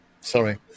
Sorry